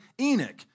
Enoch